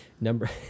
Number